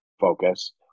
focus